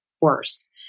worse